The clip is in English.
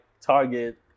Target